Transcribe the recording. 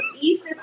East